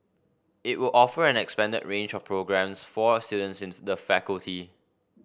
it will offer an expanded range of programmes for students in the faculty